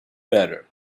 better